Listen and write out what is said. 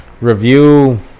review